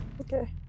Okay